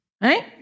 Right